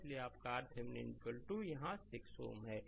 तो इसीलिए आपकाRThevenin यहाँ 6 Ω है